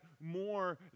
more